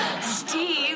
Steve